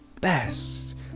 best